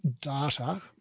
data